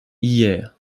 hier